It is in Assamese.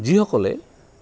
যিসকলে